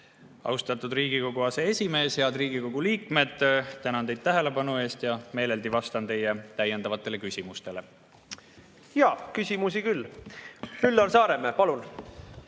Austatud Riigikogu aseesimees, head Riigikogu liikmed, tänan teid tähelepanu eest. Meeleldi vastan teie täiendavatele küsimustele. Jaa, küsimusi on küll. Üllar Saaremäe, palun!